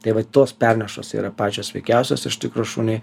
tai vat tos pernešos yra pačios sveikiausios iš tikro šuniui